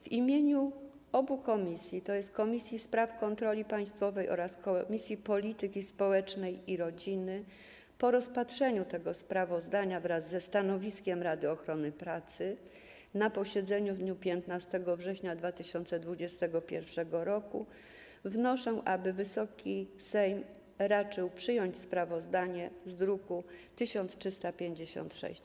W imieniu obu komisji, tj. Komisji do Spraw Kontroli Państwowej oraz Komisji Polityki Społecznej i Rodziny, po rozpatrzeniu tego sprawozdania wraz ze stanowiskiem Rady Ochrony Pracy na posiedzeniu w dniu 15 września 2021 r., wnoszę, aby Wysoki Sejm raczył przyjąć sprawozdanie z druku nr 1356.